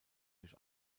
durch